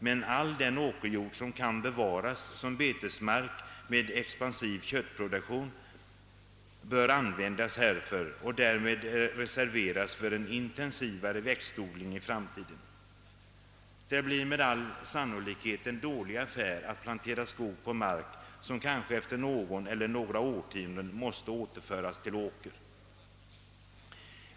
Men all den åkerjord som kan bevaras som betesmark med expansiv köttproduktion bör användas härför och därmed reserveras för en intensivare växtodling i framtiden. Det blir med all sannolikhet en dålig affär att plantera skog på mark som kanske efter något eller några årtionden måste återföras till åker.